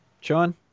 Sean